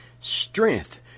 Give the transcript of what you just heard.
strength